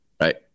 right